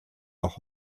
noch